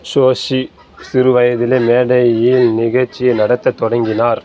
ஷோஷி சிறு வயதிலே மேடையில் நிகழ்ச்சியை நடத்தத் தொடங்கினார்